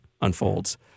unfolds